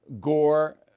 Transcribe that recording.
Gore